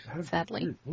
Sadly